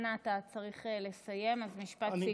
אנא, אתה צריך לסיים, אז משפט סיכום.